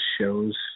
shows